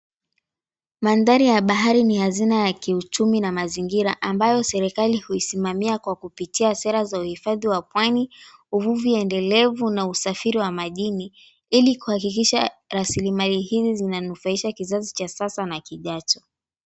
Mandhari ya bahari ni hazina ya kiuchumi na mazingira ambayo serikali huisimamia kwa kupitia sera za uhifadhi wa pwani, uvuvi endelevu na usafiri wa majini ili kuhakikisha raslimali hizi zinanufaisha kizazi cha sasa na kijacho.